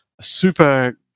super